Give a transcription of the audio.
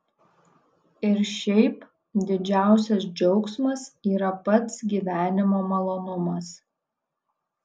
ir šiaip didžiausias džiaugsmas yra pats gyvenimo malonumas